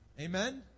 Amen